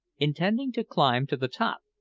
intending to climb to the top,